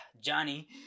johnny